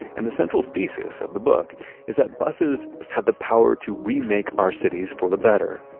and the central thesis of the book is that buses have the power to remake our cities for the better.